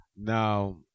Now